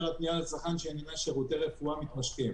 על פניה לצרכן של נותני שירותי רפואה מתמשכים.